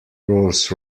rolls